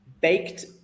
baked